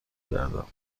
کردم